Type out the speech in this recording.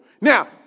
Now